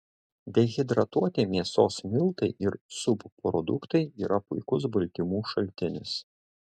dehidratuoti mėsos miltai ir subproduktai yra puikus baltymų šaltinis